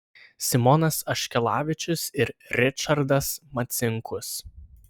simonas aškelavičius ir ričardas marcinkus